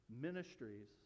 ministries